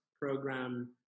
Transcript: program